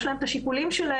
יש להם את השיקולים שלהם,